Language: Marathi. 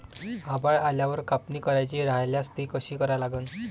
आभाळ आल्यावर कापनी करायची राह्यल्यास ती कशी करा लागन?